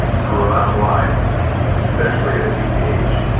throughout life especially as you age,